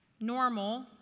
Normal